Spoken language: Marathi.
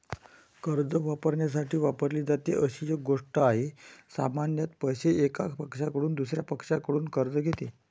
कर्ज वापरण्यासाठी वापरली जाते अशी एक गोष्ट आहे, सामान्यत पैसे, एका पक्षाकडून दुसर्या पक्षाकडून कर्ज घेते